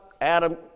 Adam